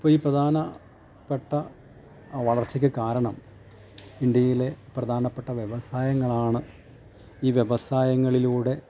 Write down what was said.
ഇപ്പം ഈ പ്രധാനപ്പെട്ട വളർച്ചക്ക് കാരണം ഇന്ത്യയിലെ പ്രധാനപ്പെട്ട വ്യവസായങ്ങളാണ് ഈ വ്യവസായങ്ങളിലൂടെ